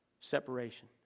separation